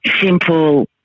simple